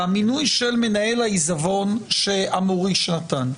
למינוי של מנהל העיזבון שהמוריש נתן.